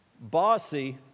bossy